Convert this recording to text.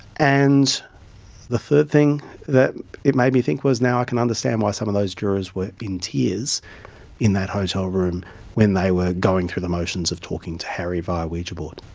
and the third thing that it made me think was now i can understand why some of those jurors were in tears in that hotel room when they were going through the motions of talking to harry via a ouija board.